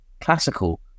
classical